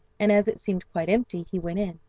and as it seemed quite empty, he went in,